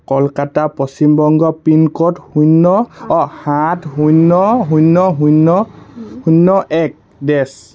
Kolkata Paschim Banga pincode শূন্য O সাত শূন্য শূন্য শূন্য শূন্য এক ডেচ